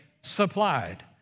supplied